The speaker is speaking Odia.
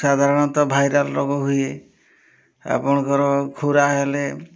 ସାଧାରଣତଃ ଭାଇରାଲ୍ ରୋଗ ହୁଏ ଆପଣଙ୍କର ଖୁରା ହେଲେ